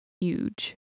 huge